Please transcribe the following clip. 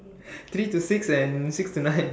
three to six and six to nine